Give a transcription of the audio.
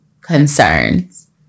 concerns